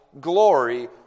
glory